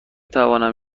توانم